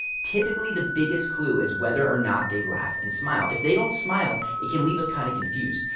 typically, the biggest clue is whether or not they laugh and smile. if they don't smile, it can leave us kind of confused.